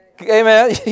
Amen